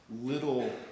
little